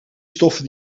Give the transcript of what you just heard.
stoffen